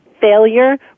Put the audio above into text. failure